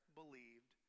believed